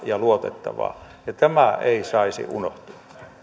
ja luotettavaa ja tämä ei saisi unohtua